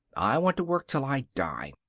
i want to work till i die.